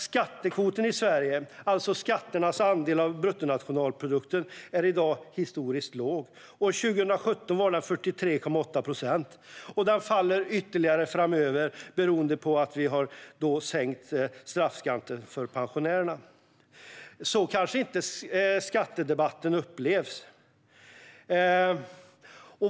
Skattekvoten i Sverige, alltså skatternas andel av bruttonationalprodukten, är i dag historiskt låg - år 2017 var den 43,8 procent. Den faller också ytterligare framöver, beroende på att vi har sänkt straffskatten för pensionärerna. Så kanske inte skattedebatten upplevs.